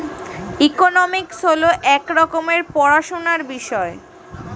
economics হল এক রকমের পড়াশোনার বিষয়